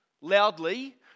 loudly